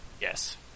Yes